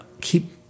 keep